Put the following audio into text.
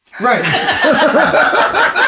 Right